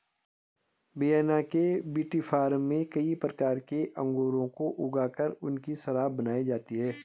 Vienna के विटीफार्म में कई प्रकार के अंगूरों को ऊगा कर उनकी शराब बनाई जाती है